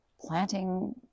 planting